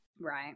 Right